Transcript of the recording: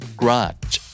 grudge